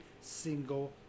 single